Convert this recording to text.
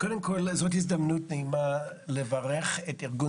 קודם כל זאת הזדמנות נעימה לברך את ארגון